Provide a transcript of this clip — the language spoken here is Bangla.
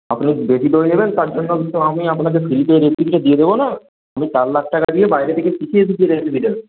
আপনি বেশি দই নেবেন তার জন্য আমি তো আপনাকে ফ্রিতে রেসিপিটা দিয়ে দেবো না আমি চার লাখ টাকা দিয়ে বাইরে থেকে শিখে এসেছি রেসিপিটা